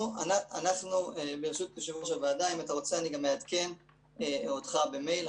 אם אתה רוצה, אעדכן אותך במייל.